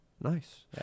Nice